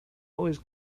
always